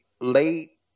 late